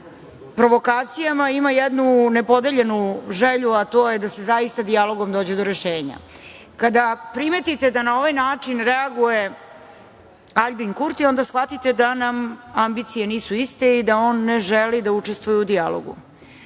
provokacijama ima jednu nepodeljenu želju, a to je da se zaista dijalogom dođe do rešenja. Kada primetite da na ovaj način reaguje Aljbin Kurti, onda shvatite da nam ambicije nisu iste i da on ne želi da učestvuje u dijalogu. Sa